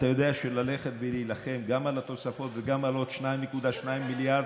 אתה יודע שללכת ולהילחם גם על התוספות וגם על עוד 2.2 מיליארד,